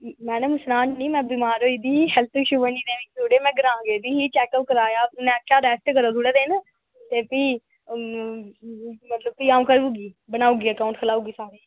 madam में बमार होई दी ही हेल्थ इश्यू बनी गेदे हे मैडम में ग्रांं गेदी ही चैकअप कराया उनें आक्खेआ रैस्ट करो थोह्ड़े दिन ते अंऊ करी ओड़गी बनागी अकाऊंट सारें दे